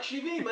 כאן מקשיבים.